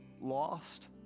lost